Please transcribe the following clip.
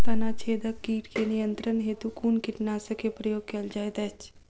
तना छेदक कीट केँ नियंत्रण हेतु कुन कीटनासक केँ प्रयोग कैल जाइत अछि?